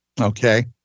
Okay